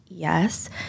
yes